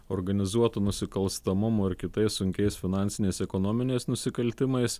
organizuotu nusikalstamumu ir kitais sunkiais finansiniais ekonominiais nusikaltimais